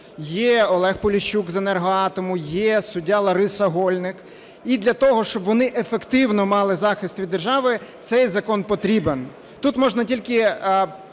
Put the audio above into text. є Олег Поліщук з "Енергоатому", є суддя Лариса Гольник, і для того, щоб вони ефективно мали захист від держави, цей закон потрібен. Тут можна тільки